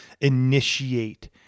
initiate